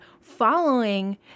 following